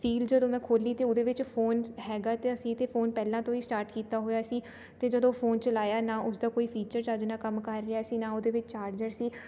ਸੀਲ ਜਦੋਂ ਮੈਂ ਖੋਲ੍ਹੀ ਅਤੇ ਉਹਦੇ ਵਿੱਚ ਫੋਨ ਹੈਗਾ ਤਾਂ ਸੀ ਅਤੇ ਫੋਨ ਪਹਿਲਾਂ ਤੋਂ ਹੀ ਸਟਾਰਟ ਕੀਤਾ ਹੋਇਆ ਸੀ ਅਤੇ ਜਦੋਂ ਫੋਨ ਚਲਾਇਆ ਨਾ ਉਸ ਦਾ ਕੋਈ ਫੀਚਰ ਚੱਜ ਨਾਲ਼ ਕੰਮ ਕਰ ਰਿਹਾ ਸੀ ਨਾ ਉਹਦੇ ਵਿੱਚ ਚਾਰਜਰ ਸੀ